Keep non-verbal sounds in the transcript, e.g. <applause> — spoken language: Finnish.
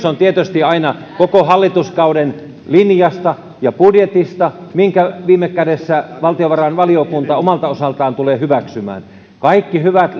<unintelligible> on tietysti aina koko hallituskauden linjasta ja budjetista minkä viime kädessä valtiovarainvaliokunta omalta osaltaan tulee hyväksymään kaikki hyvät <unintelligible>